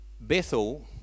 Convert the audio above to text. Bethel